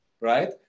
right